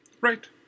Right